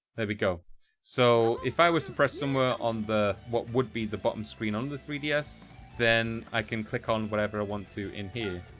there we go so if i were suppressed somewhere on the what would be the bottom screen on the three ds then i can click on whatever i ah want to in here